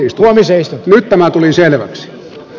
nyt tämä tuli selväksi